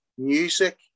music